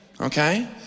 Okay